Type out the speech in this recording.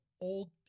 old